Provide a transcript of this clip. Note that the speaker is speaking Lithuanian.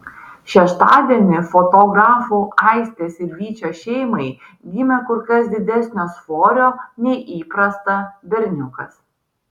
šeštadienį fotografų aistės ir vyčio šeimai gimė kur kas didesnio svorio nei įprasta berniukas